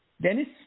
Dennis